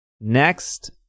next